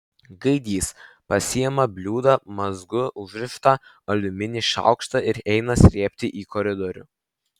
gaidys pasiima bliūdą mazgu užrištą aliumininį šaukštą ir eina srėbti į koridorių